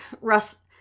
russ